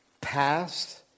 past